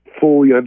fully